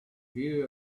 view